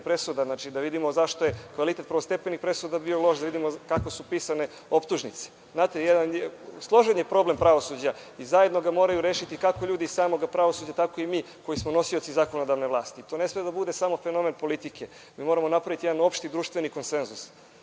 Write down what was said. presuda, nego da vidimo zašto je kvalitet prvostepenih presuda bio loš kada su pisane optužnice. Složen je problem pravosuđa i zajedno ga moraju rešiti kako ljudi iz samog pravosuđa tako i mi koji smo nosioci zakonodavne vlasti. To ne sme da bude samo fenomen politike. Moramo napraviti opšti društveni konsenzus